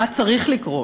מה צריך לקרות?